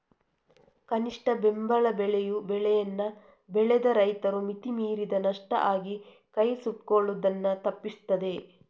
ಕನಿಷ್ಠ ಬೆಂಬಲ ಬೆಲೆಯು ಬೆಳೆಯನ್ನ ಬೆಳೆದ ರೈತರು ಮಿತಿ ಮೀರಿದ ನಷ್ಟ ಆಗಿ ಕೈ ಸುಟ್ಕೊಳ್ಳುದನ್ನ ತಪ್ಪಿಸ್ತದೆ